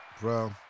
Bro